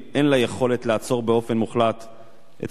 אין לה יכולת לעצור באופן מוחלט את